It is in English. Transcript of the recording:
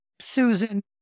Susan